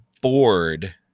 bored